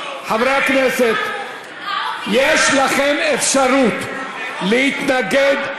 חברי הכנסת, יש לכם אפשרות להתנגד.